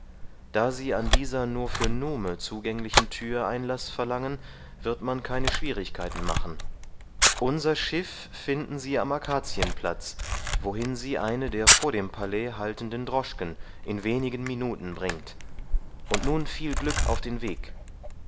da sie an dieser nur für nume zugänglichen tür einlaß verlangen wird man keine schwierigkeiten machen unser schiff finden sie am akazienplatz wohin sie eine der vor dem palais haltenden droschken in wenigen minuten bringt und nun viel glück auf den weg